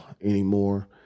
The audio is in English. anymore